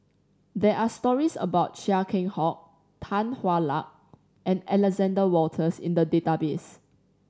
there are stories about Chia Keng Hock Tan Hwa Luck and Alexander Wolters in the database